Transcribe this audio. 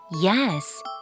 Yes